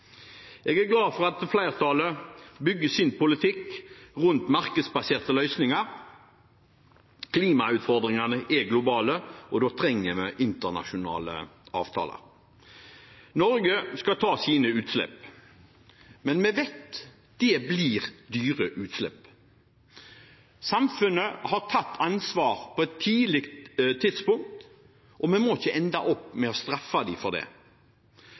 Jeg er glad for at flertallet bygger sin politikk rundt markedsbaserte løsninger. Klimautfordringene er globale, og da trenger vi internasjonale avtaler. Norge skal ta sine utslipp, men vi vet at det blir dyre utslipp. Samfunnet har tatt ansvar på et tidlig tidspunkt, og vi må ikke ende opp med å straffe det for det.